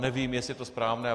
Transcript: Nevím, jestli je to správné.